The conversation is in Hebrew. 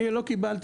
אני לא קיבלתי.